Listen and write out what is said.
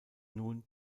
nun